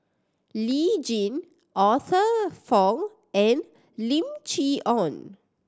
Lee Tjin Arthur Fong and Lim Chee Onn